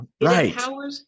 Right